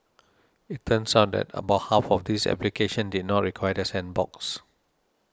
it turns out that about half of these applications did not require the sandbox